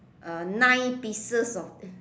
uh nine pieces of